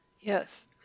Yes